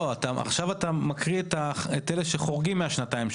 עכשיו אתה מקריא את אלה שחורגים מהשנתיים,